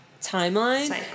timeline